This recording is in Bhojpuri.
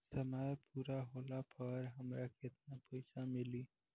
समय पूरा होला पर हमरा केतना पइसा मिली?